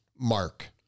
Mark